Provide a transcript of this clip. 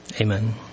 Amen